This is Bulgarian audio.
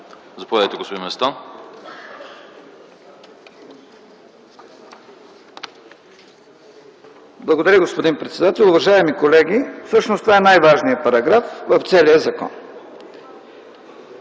Заповядайте, господин Местан. ЛЮТВИ МЕСТАН (ДПС): Благодаря, господин председател. Уважаеми колеги, всъщност това е най-важният параграф в целия закон.